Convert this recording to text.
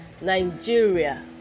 Nigeria